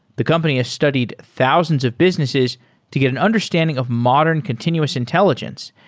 the company has studied thousands of businesses to get an understanding of modern continuous intelligence,